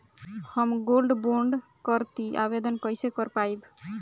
हम gold bond करतिं आवेदन कइसे कर पाइब?